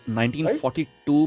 1942